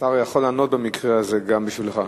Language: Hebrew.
השר יכול לענות במקרה הזה גם בשבילך.